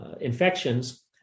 infections